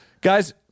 Guys